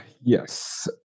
yes